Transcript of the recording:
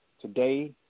today